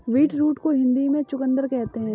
beetroot को हिंदी में चुकंदर कहते हैं